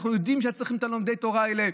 אנחנו יודעים שצריכים את לומדי התורה האלה.